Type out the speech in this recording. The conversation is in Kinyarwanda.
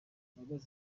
mbabazi